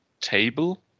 table